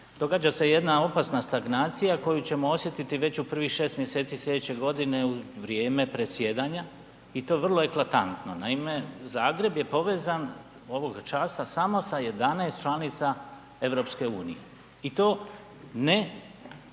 događa se jedna opasna stagnacija koju ćemo osjetiti već u prvih 6 mj. slijedeće godine u vrijeme predsjedanja i to vrlo eklatantno. Naime, Zagreb je povezan ovoga časa samo sa 11 članica EU-a i to ne